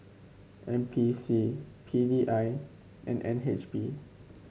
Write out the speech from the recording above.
N P C P D I and N H B